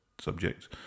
subjects